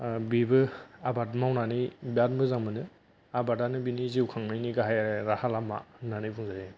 बिबो आबाद मावनानै बिरात मोजां मोनो आबादानो बिनि जिउ खांनायनि गाहाइ राहा लामा होननानै बुंजायो